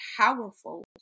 powerful